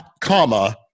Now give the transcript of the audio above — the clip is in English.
comma